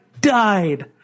died